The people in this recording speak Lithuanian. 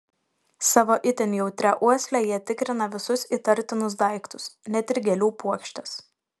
savo itin jautria uosle jie tikrina visus įtartinus daiktus net ir gėlių puokštes